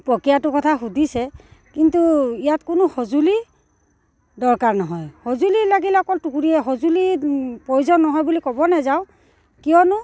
প্ৰক্ৰিয়াটোৰ কথা সুধিছে কিন্তু ইয়াত কোনো সঁজুলি দৰকাৰ নহয় সঁজুলি লাগিলে অকল টুকুৰিয়ে সঁজুলি প্ৰয়োজন নহয় বুলি ক'ব নাযাওঁ কিয়নো